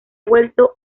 vuelto